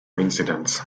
incidents